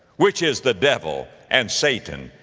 which is the devil, and satan,